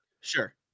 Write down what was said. Sure